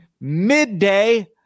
midday